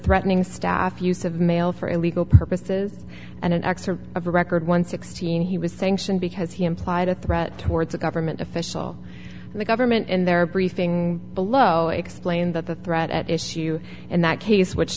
threatening staff use of mail for illegal purposes and an excerpt of a record one sixteen he was sanctioned because he implied a threat towards a government official in the government in their briefing below explain that the threat at issue in that case which